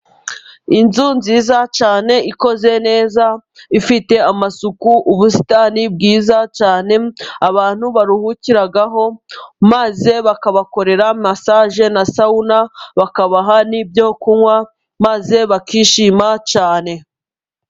Inzu nziza cyane ikoze neza, ifite amasuku, ubusitani bwiza cyane, abantu baruhukiragaho, maze bakabakorera masaje na sawuna bakabaha n'ibyo kunywa, maze bakishima cyane.